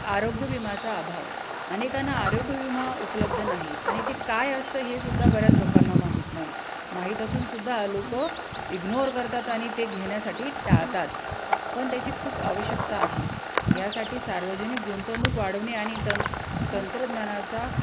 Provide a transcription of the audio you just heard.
आरोग्य विम्याचा अभाव अनेकांना आरोग्य विमा उपलब्ध नाही आणि ते काय असतं हे सुद्धा बऱ्याच लोकांना माहीत नाही माहीत असूनसुद्धा लोकं इग्नोअर करतात आणि ते घेण्यासाठी टाळतात पण त्याची खूप आवश्यकता आहे यासाठी सार्वजनिक गुंतवणूक वाढवणे आणि तन् तंत्रज्ञानाचा